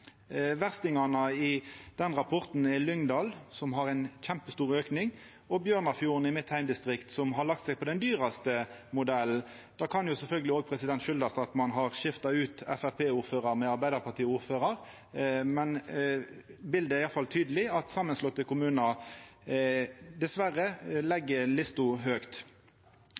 Verstingane i den rapporten er Lyngdal, som har ein kjempestor auke, og Bjørnafjorden, i mitt heimdistrikt, som har lagt seg på den dyraste modellen. Det kan sjølvsagt òg koma av at ein har skifta ut Framstegsparti-ordførar med Arbeidarparti-ordførar, men biletet er iallfall tydeleg: Samanslåtte kommunar legg dessverre lista høgt.